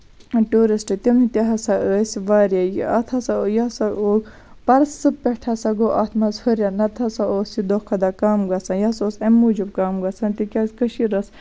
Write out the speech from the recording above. tourist تِم تہِ ہسا ٲسۍ واریاہ اَتھ ہسا یہِ ہسا اوس پَرسہٕ پٮ۪ٹھ ہسا گوٚو اَتھ منٛز ہُرٛیر نہ تہٕ ہسا اوس یہِ دۄہ کھۄتہٕ دۄہ کَم گژھان یہِ سا اوس تَمہِ موٗجوٗب کَم گژھان تِکیازِ کٔشیٖر ٲسۍ